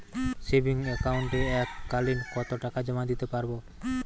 Savings একাউন্টে এক কালিন কতটাকা জমা দিতে পারব?